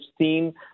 seen